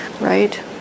right